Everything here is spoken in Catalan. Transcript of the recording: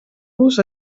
los